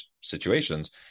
situations